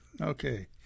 Okay